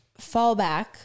fallback